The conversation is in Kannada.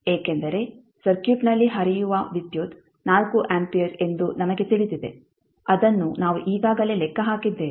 ಏಕೆಂದರೆ ಸರ್ಕ್ಯೂಟ್ನಲ್ಲಿ ಹರಿಯುವ ವಿದ್ಯುತ್ 4 ಆಂಪಿಯರ್ ಎಂದು ನಮಗೆ ತಿಳಿದಿದೆ ಅದನ್ನು ನಾವು ಈಗಾಗಲೇ ಲೆಕ್ಕ ಹಾಕಿದ್ದೇವೆ